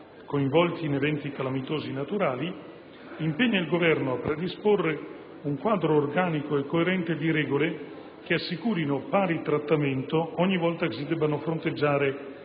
coinvolti in eventi calamitosi naturali, impegna il Governo a predisporre un quadro organico e coerente di regole che assicurino pari trattamento ogni volta che si debbano fronteggiare